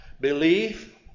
Belief